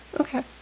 Okay